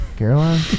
Caroline